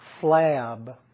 flab